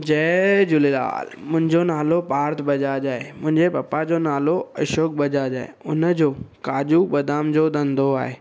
जय झूलेलाल मुंहिंजो नालो पार्थ बजाज आहे मुंहिंजे पपा जो नालो अशोक बजाज आहे हुनजो काजू बदाम जो धंधो आहे